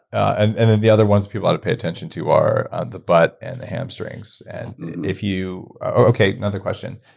and and then the other ones people ought to pay attention to are the butt and the hamstrings. and if you, okay, another question.